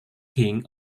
king